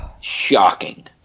shocking